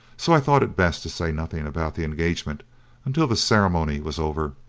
so i thought it best to say nothing about the engagement until the ceremony was over.